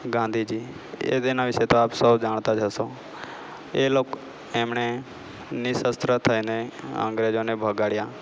ગાંધીજી એ તેના વિષે તો આપ સૌ જાણતા જ હશો એ લોક એમણે નિશસ્ત્ર થઈને અંગ્રેજોને ભગાડ્યા